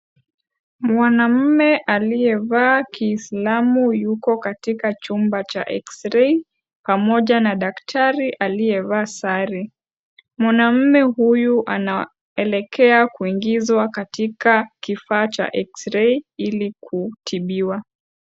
Mwanaume aliyevaa kiislamu yuko katika chumba cha eksirei pamoja na daktari aliyevaa sare. Mwanaume huyu anaelekea kuingizwa katika kifaa cha eksirei ili kutibiwa.